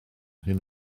hyn